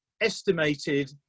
estimated